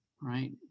Right